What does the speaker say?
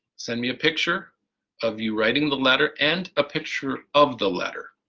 send me a picture of you writing the letter and a picture of the letter.